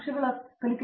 ಪ್ರತಾಪ್ ಹರಿಡೋಸ್ ಸರಿ